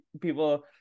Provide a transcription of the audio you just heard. people